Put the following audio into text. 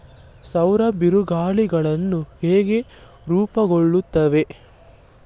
ಸೌರ ಬಿರುಗಾಳಿಗಳು ಹೇಗೆ ರೂಪುಗೊಳ್ಳುತ್ತವೆ?